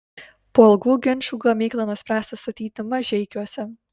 po ilgų ginčų gamyklą nuspręsta statyti mažeikiuose